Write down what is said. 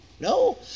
No